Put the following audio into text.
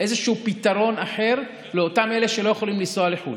איזשהו פתרון אחר לאותם אלה שלא יכולים לנסוע לחו"ל.